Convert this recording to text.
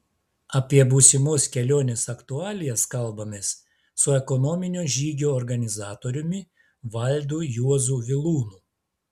apie būsimos kelionės aktualijas kalbamės su ekonominio žygio organizatoriumi valdu juozu vilūnu